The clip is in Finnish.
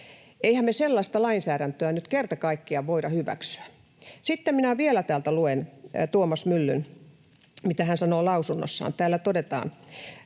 Eihän me sellaista lainsäädäntöä nyt kerta kaikkiaan voida hyväksyä. Sitten minä vielä täältä luen, mitä Tuomas Mylly sanoo lausunnossaan. Täällä todetaan: